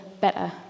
better